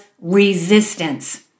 resistance